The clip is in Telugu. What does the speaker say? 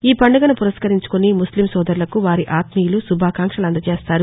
ఈ పండుగను పురస్కరించుకుని ముస్లిం సోదరులకు వారి ఆత్వీయులు శుభాకాంక్షలు అందచేస్తారు